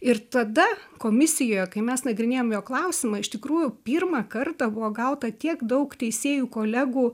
ir tada komisijoe kai mes nagrinėjom jo klausimą iš tikrųjų pirmą kartą buvo gauta tiek daug teisėjų kolegų